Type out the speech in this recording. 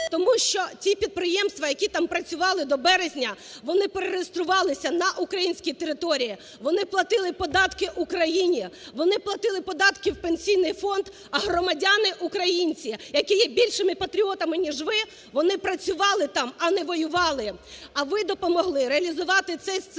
Тому що ті підприємства, які там працювали до березня, вони перереєструвалися на українські території, вони платили податки Україні, вони платили податки в Пенсійний фонд, а громадяни-українці, які є більшими патріотами, ніж ви, вони працювали там, а не воювали, а ви допомогли реалізувати цей сценарійКурченка.